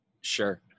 Sure